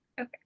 okay